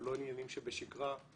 לא עניינים שבשגרה.